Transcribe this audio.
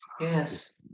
Yes